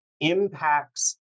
impacts